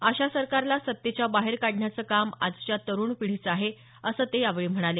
अशा सरकारला सत्तेच्या बाहेर काढण्याचं काम आजच्या तरुण पिढीचं आहे असं ते यावेळी म्हणाले